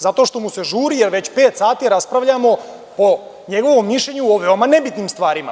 Zato što mu se žuri jer već pet sati raspravljamo o njegovom mišljenju o veoma nebitnim stvarima.